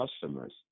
customers